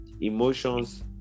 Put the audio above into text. emotions